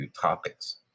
topics